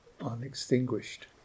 unextinguished